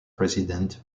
president